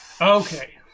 Okay